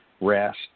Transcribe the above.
rest